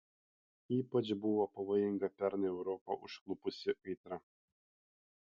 ypač buvo pavojinga pernai europą užklupusi kaitra